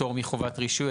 פטור מחובת רישוי,